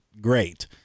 great